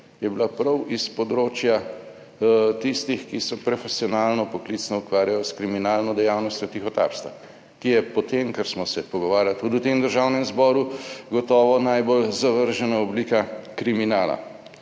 – 14.55** (nadaljevanje) ki se profesionalno, poklicno ukvarjajo s kriminalno dejavnostjo tihotapstva, ki je po tem, kar smo se pogovarjali tudi v tem Državnem zboru, gotovo najbolj zavržena oblika kriminala.